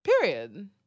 Period